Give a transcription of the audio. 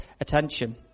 attention